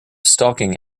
stalking